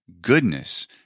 goodness